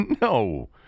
no